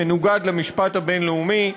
מנוגד למשפט הבין-לאומי,